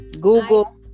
Google